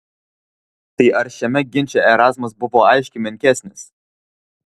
tai ar šiame ginče erazmas buvo aiškiai menkesnis